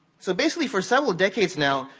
so, basically, for several decades now,